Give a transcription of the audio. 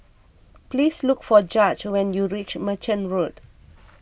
please look for Judge when you reach Merchant Road